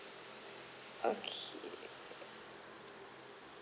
okay